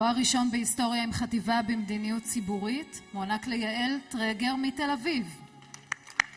בואה ראשון בהיסטוריה עם חטיבה במדיניות ציבורית, מוענק ליעל טרגר מתל אביב